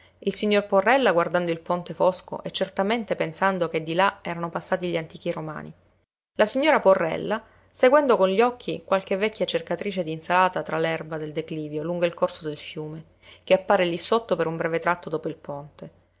il signor porrella guardando il ponte fosco e certamente pensando che di là erano passati gli antichi romani la signora porrella seguendo con gli occhi qualche vecchia cercatrice d'insalata tra l'erba del declivio lungo il corso del fiume che appare lí sotto per un breve tratto dopo il ponte